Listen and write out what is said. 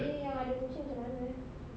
abeh yang ada kucing macam mana eh